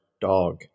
dog